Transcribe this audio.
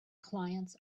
clients